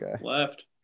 left